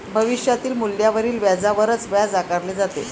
भविष्यातील मूल्यावरील व्याजावरच व्याज आकारले जाते